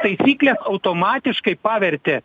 taisyklės automatiškai pavertė